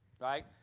right